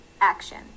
action